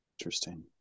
interesting